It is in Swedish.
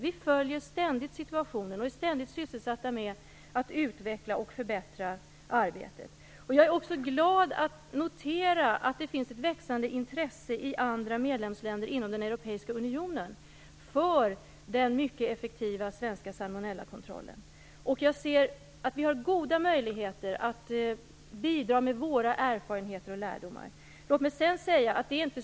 Vi följer ständigt situationen och är ständigt sysselsatta med att utveckla och förbättra arbetet. Jag är också glad över att notera det växande intresset i andra medlemsländer inom den europeiska unionen för den mycket effektiva svenska salmonellakontrollen. Jag ser att vi i Sverige har goda möjligheter att bidra med våra erfarenheter och lärdomar.